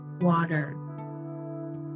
water